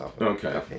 Okay